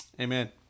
Amen